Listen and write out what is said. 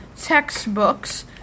Textbooks